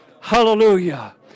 Hallelujah